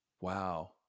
Wow